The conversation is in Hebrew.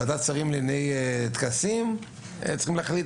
ועדת שרים לענייני טקסים צריכים להחליט?